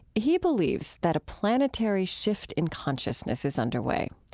he believes that a planetary shift in consciousness is underway.